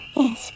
yes